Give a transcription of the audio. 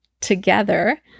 together